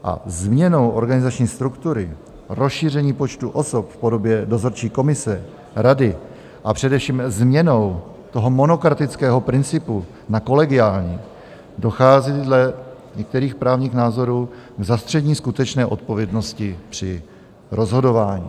A změnou organizační struktury, rozšíření počtu osob v podobě dozorčí komise, rady a především změnou monokratického principu na kolegiální dochází dle některých právních názorů k zastření skutečné odpovědnosti při rozhodování.